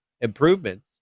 improvements